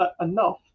enough